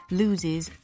loses